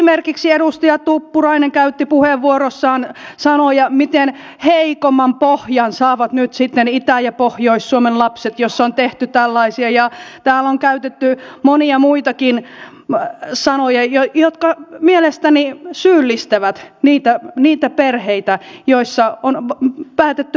esimerkiksi edustaja tuppurainen käytti puheenvuorossaan sanoja miten heikomman pohjan saavat nyt sitten itä ja pohjois suomen lapset jos on tehty tällaisia ja täällä on käytetty monia muitakin sanoja jotka mielestäni syyllistävät niitä perheitä joissa on päätetty valita toisin